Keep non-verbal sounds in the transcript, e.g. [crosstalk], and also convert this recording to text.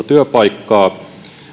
[unintelligible] työpaikkaa